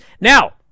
Now